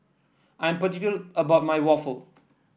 I am particular about my waffle